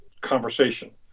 conversation